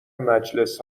مجلس